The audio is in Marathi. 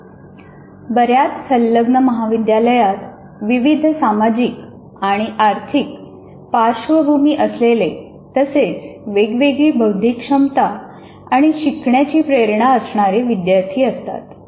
विद्यार्थी बऱ्याच संलग्न महाविद्यालयात विविध सामाजिक आणि आर्थिक पार्श्वभूमी असलेले तसेच वेगवेगळी बौद्धिक क्षमता आणि शिकण्याची प्रेरणा असणारे विद्यार्थी असतात